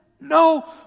No